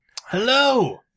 hello